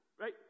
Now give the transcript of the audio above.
right